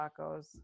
tacos